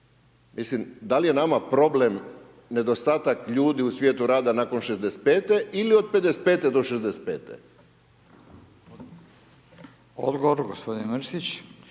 Mislim, da li je nama problem nedostatak ljudi i svijetu rada nakon 65. ili od 55. do 65.? **Radin, Furio